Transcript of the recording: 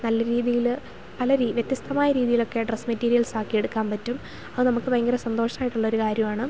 നല്ല രീതിയിൽ പല വ്യത്യസ്തമായ രീതിയിലൊക്കെ ഡ്രസ് മെറ്റീര്യൽസ് ആക്കി എട്ക്കാൻ പറ്റും അത് നമുക്ക് ഭയങ്കര സന്തോഷായിട്ടുള്ള ഒരു കാര്യമാണ്